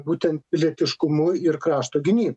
būtent pilietiškumu ir krašto gynyb